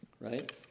Right